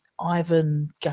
Ivan